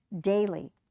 daily